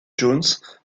jones